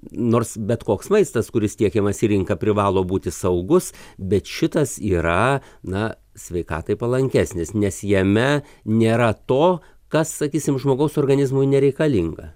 nors bet koks maistas kuris tiekiamas į rinką privalo būti saugus bet šitas yra na sveikatai palankesnis nes jame nėra to kas sakysim žmogaus organizmui nereikalinga